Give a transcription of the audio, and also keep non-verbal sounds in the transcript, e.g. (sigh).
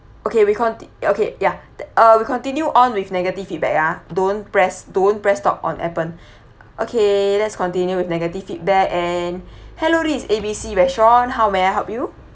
okay we conti~ okay ya th~ uh we continue on with negative feedback ah don't press don't press stop on appen (breath) okay let's continue with negative feedback and hello this is A B C restaurant how may I help you